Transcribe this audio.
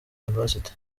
university